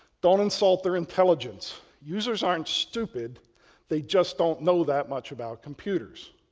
don't insult their intelligence. users aren't stupid they just don't know that much about computers,